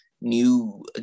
new